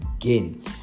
again